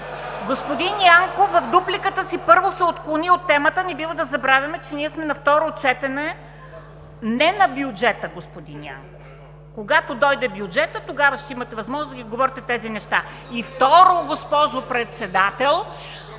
Господин Янков в дупликата си, първо, се отклони от темата – не бива да забравяме, че ние сме на второ четене не на бюджета, господин Янков! Когато дойде бюджетът, тогава ще имате възможност да говорите тези неща. (Реплики отляво.) И, второ, госпожо Председател,